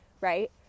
right